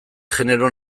genero